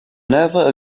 never